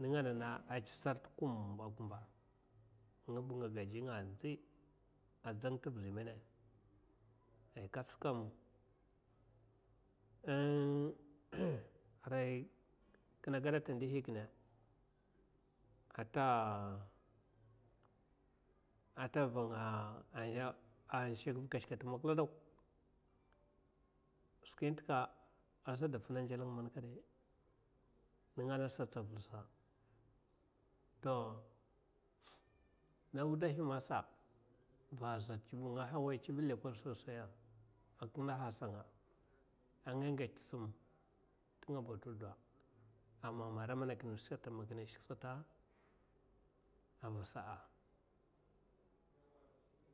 Ninga nana a tsa sarta kumba, kumba ngaba nga gajinga anzi a dzang tivizi mena ai kat’sa kam ing kina gedata ndihi kina ata’o,-ata vanga aya ashakva keshkate dak skwi inta azada fina a nzal nga man kadai ninga nasa tsovalsa to nda wuduhi mosa vabasat tsivit nga wod tsivit lekol sosaiya a kina hasango a nga ngats sim tingala tedeou a mama ara mena kino kino shik sata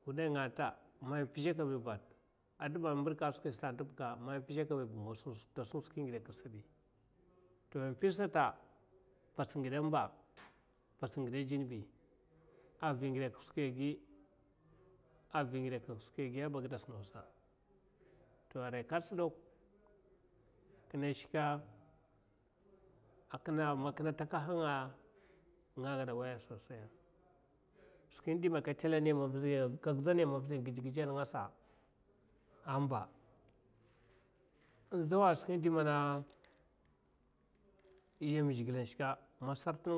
wudainga ta’ma pizha kabila a dibba a mbidkai skwi sata tin bika ma pizha kabiba ta sun skwi ngidakukka sabi to pizha sata pats ngida, mba pats ngida a imbi avi naidakekka skwi ya gi avi ngidakekka skwiya a giyabi a gidas nawsa to aria kat’sa dak kina shika a kina man kina takahanga nga geda waiyo’a, sosai yama viziya’a a ngidz ngidzasa ningasa ammba in dzawa skwi indi mana yam zhikle shka man sorta ninga.